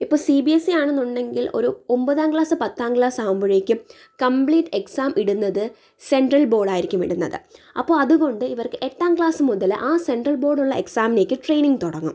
ഇപ്പോൾ C B S E ആണെന്നുണ്ടെങ്കില് ഒരു ഒമ്പതാം ക്ലാസ് പത്താം ക്ലാസ് ആകുമ്പോഴേക്കും കമ്പ്ലീറ്റ് എക്സാം ഇടുന്നത് സെൻട്രൽ ബോർഡ് ആയിരിക്കും ഇടുന്നത് അപ്പോൾ അതുകൊണ്ട് ഇവര്ക്ക് എട്ടാം ക്ലാസ് മുതൽ ആ സെൻട്രൽ ബോർഡിലുള്ള എക്സാമിലേക്ക് ട്രെയിനിംഗ് തുടങ്ങും